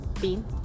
bean